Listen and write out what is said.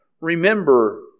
remember